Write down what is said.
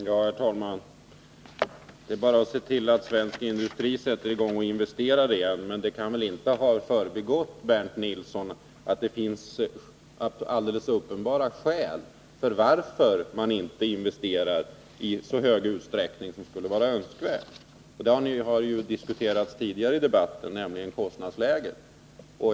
Herr talman! Det är bara att se till att svensk industri sätter i gång och investerar igen, säger Bernt Nilsson. Men det kan väl inte ha förbigått Bernt Nilsson att det finns alldeles för uppenbara skäl till att man inte investerar i så stor utsträckning som skulle vara önskvärt. Den saken har diskuterats tidigare i debatten, nämligen kostnadsläget.